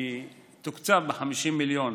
זה תוקצב ב-50 מיליון.